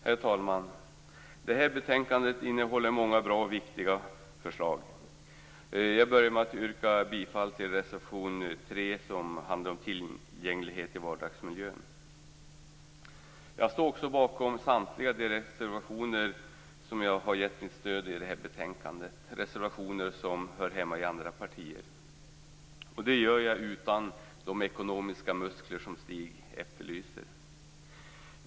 Herr talman! Detta betänkande innehåller många bra och viktiga förslag. Jag börjar med att yrka bifall till reservation 3, som handlar om tillgänglighet i vardagsmiljön. Jag står också bakom samtliga de reservationer till betänkandet från andra partier som jag gett mitt stöd. Det gör jag utan att ha de ekonomiska muskler som Stig Sandström efterlyser.